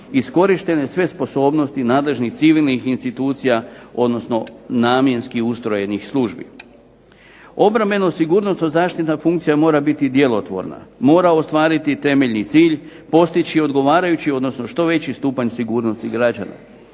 iskorištene sve sposobnosti nadležnih civilnih institucija, odnosno namjenski ustrojenih službi. Obrambeno-sigurnosno zaštitna funkcija mora biti djelotvorna, mora ostvariti temeljni cilj, postići odgovarajući, odnosno što veći stupanj sigurnosti građana.